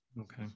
Okay